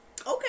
Okay